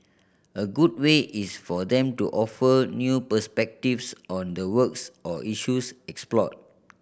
a good way is for them to offer new perspectives on the works or issues explored